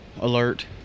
alert